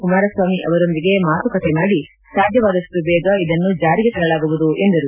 ಕುಮಾರಸ್ವಾಮಿ ಅವರೊಂದಿಗೆ ಮಾತುಕತೆ ಮಾಡಿ ಸಾಧ್ಯವಷ್ಟು ಬೇಗ ಇದನ್ನು ಜಾರಿಗೆ ತರಲಾಗುವುದು ಎಂದರು